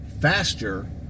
faster